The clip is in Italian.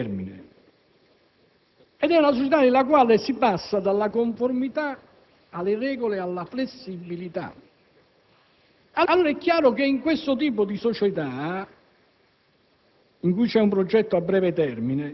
l'incubo di una società nella quale tutto è flessibile. Una società nella quale la vita individuale diventa un progetto a breve termine.